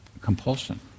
compulsion